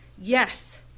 Yes